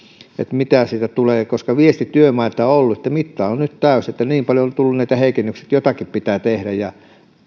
mitä siitä tulee viesti työmailta on ollut että mitta on nyt täysi että niin paljon on tullut näitä heikennyksiä että jotakin pitää tehdä